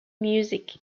music